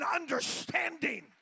understanding